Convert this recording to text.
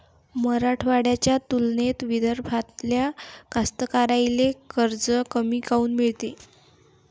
मराठवाड्याच्या तुलनेत विदर्भातल्या कास्तकाराइले कर्ज कमी काऊन मिळते?